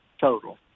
total